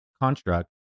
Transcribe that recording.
construct